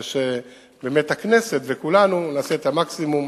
ושבאמת הכנסת וכולנו נעשה את המקסימום